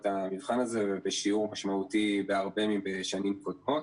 המבחן הזה ובסכום כסף בשיעור משמעותי בהרבה מאשר בשנים קודמות.